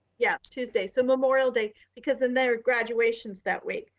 yeah, tuesday, so memorial day, because then their graduations that week.